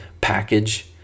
package